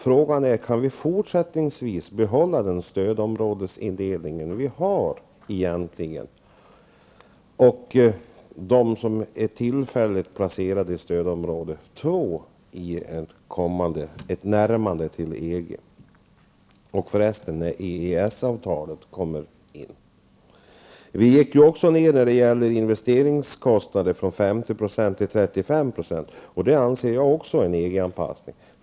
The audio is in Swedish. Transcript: Frågan är om vi fortsättningsvis kan behålla stödområdesindelningen och den tillfälliga stödområdesindelningen, som har gjorts av vissa delar av landet, vid ett närmande till EG och när Vi har ju även dragit ner investeringskostnaderna -- från 50 % till 35 %. Jag anser att det också är en EG-anpassning.